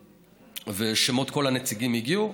ושמות כל הנציגים הגיעו.